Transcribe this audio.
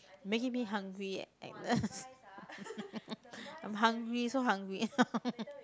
making me hungry eh Agnes I'm hungry so hungry